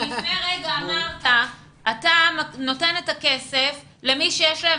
לפני רגע אמרת שאתה נותן את הכסף למי שיש להם